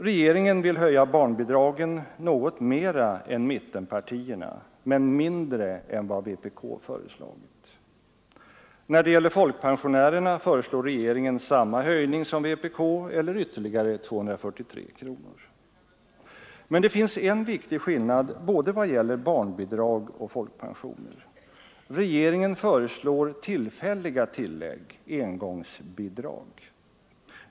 Regeringen vill höja barnbidragen något mer än mittenpartierna men mindre än vad vpk föreslagit. När det gäller folkpensionärerna föreslår regeringen samma höjning som vpk, eller ytterligare 243 kronor. Men det finns en viktig skillnad när det gäller både barnbidrag och folkpensioner. Regeringen föreslår tillfälliga tillägg, engångsbidrag.